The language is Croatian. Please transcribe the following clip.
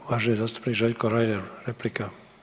Uvaženi zastupnik Željko Reiner replika.